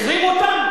החרימו אותם?